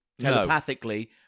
telepathically